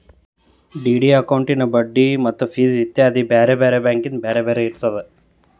DD ಅಕೌಂಟಿನ್ ಬಡ್ಡಿ ಮತ್ತ ಫಿಸ್ ಇತ್ಯಾದಿ ಬ್ಯಾರೆ ಬ್ಯಾರೆ ಬ್ಯಾಂಕಿಂದ್ ಬ್ಯಾರೆ ಬ್ಯಾರೆ ಇರ್ತದ